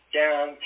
down